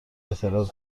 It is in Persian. اعتراض